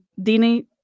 Dini